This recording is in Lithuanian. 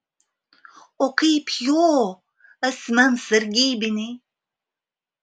o kaip jo asmens sargybiniai